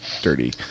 dirty